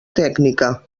tècnica